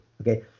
Okay